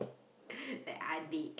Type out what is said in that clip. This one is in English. like adik